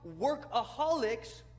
workaholics